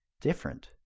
different